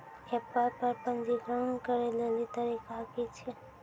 App पर पंजीकरण करै लेली तरीका की छियै?